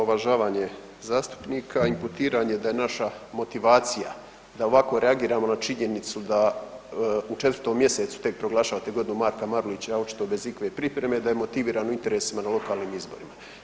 238. omalovažavanje zastupnika, imputiranje da je naša motivacija da ovako reagiramo na činjenicu da u 4. mjesecu tek proglašavate Godinu Marka Marulića, a očito bez ikakve pripreme, da je motivirano interesima na lokalnim izborima.